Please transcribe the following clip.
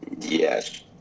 Yes